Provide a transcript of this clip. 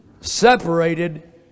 separated